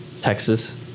Texas